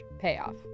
payoff